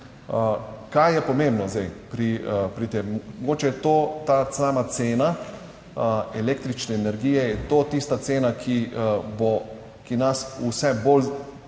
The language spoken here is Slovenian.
Kaj je pomembno zdaj pri tem? Mogoče je to, ta sama cena električne energije, je to tista cena, ki bo, ki nas vse bolj,